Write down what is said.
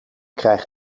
krijg